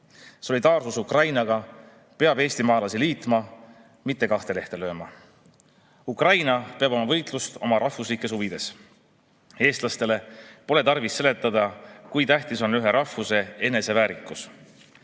Solidaarsus Ukrainaga peab eestimaalasi liitma, mitte kahte lehte lööma. Ukraina peab oma võitlust oma rahvuslikes huvides. Eestlastele pole tarvis seletada, kui tähtis on ühe rahvuse eneseväärikus.